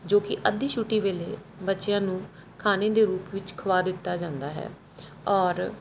ਜੋ ਕਿ ਅੱਧੀ ਛੁੱਟੀ ਵੇਲੇ ਬੱਚਿਆਂ ਨੂੰ ਖਾਣੇ ਦੇ ਰੂਪ ਵਿੱਚ ਖਵਾ ਦਿੱਤਾ ਜਾਂਦਾ ਹੈ ਔਰ